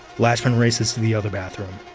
lachemann races to the other bathroom.